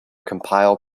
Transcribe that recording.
compile